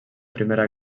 primera